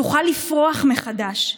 תוכל לפרוח מחדש.